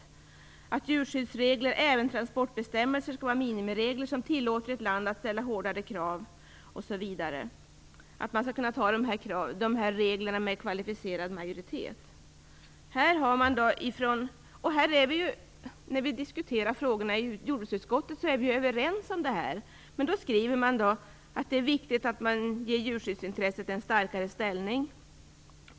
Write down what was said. Vidare handlar det om att djurskyddsregler och även transportbestämmelser skall vara minimiregler som tillåter ett land att ställa hårdare krav osv. och att kvalificerad majoritet gäller beträffande de här reglerna. När vi diskuterar de frågorna i jordbruksutskottet är vi överens om detta. Ändå skrivs det att det är viktigt att man ger djurskyddsintresset en starkare ställning.